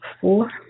four